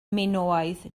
minoaidd